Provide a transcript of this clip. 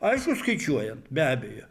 aišku skaičiuojant be abejo